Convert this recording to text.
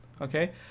okay